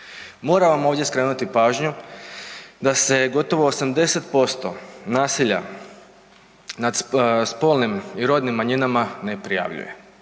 Moram vam ovdje skrenuti pažnju da se gotovo 80% nasilja nad spolnim i rodnim manjinama ne prijavljuje.